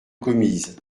commises